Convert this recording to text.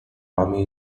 army